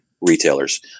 retailers